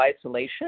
isolation